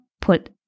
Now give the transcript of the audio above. put